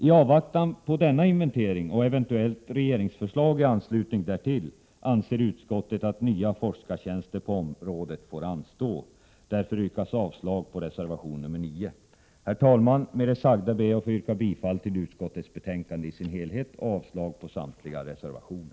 I avvaktan på denna inventering och eventuellt regeringsförslag i anslutning därtill anser utskottet att nya forskartjänster på området får anstå. Jag yrkar därför avslag på reservation nr 9. Herr talman! Med det sagda ber jag att få yrka bifall till utskottets hemställan i dess helhet och avslag på samtliga reservationer.